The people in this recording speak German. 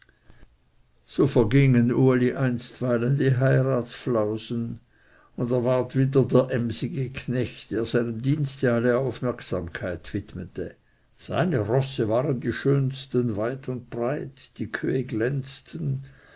so vergingen uli einstweilen die heiratsflausen und er ward wieder der recht emsige knecht der seinem dienst alle aufmerksamkeit widmete seine rosse waren die schönsten weit und breit die kühe glänzten